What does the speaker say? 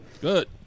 Good